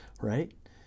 right